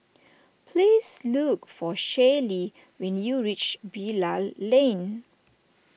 please look for Shaylee when you reach Bilal Lane